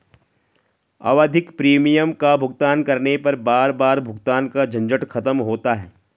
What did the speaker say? आवधिक प्रीमियम का भुगतान करने पर बार बार भुगतान का झंझट खत्म होता है